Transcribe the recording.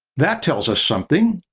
that tells us something.